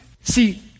See